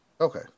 Okay